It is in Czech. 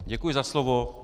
Děkuji za slovo.